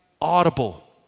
audible